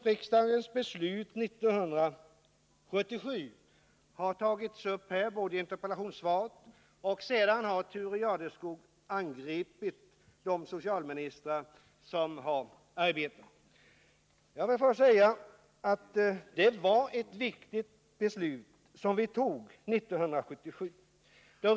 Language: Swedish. Riksdagens beslut 1977 har berörts både i debatten här och i interpellationssvaret, och Thure Jadestig har i det sammanhanget angripit de socialministrar som arbetat med dessa frågor. Låt mig säga att det var ett viktigt beslut som vi fattade 1977.